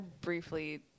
briefly